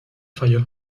falló